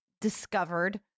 discovered